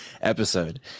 episode